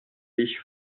ich